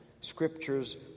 scriptures